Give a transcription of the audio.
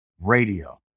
radio